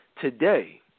Today